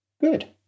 Good